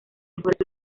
mejores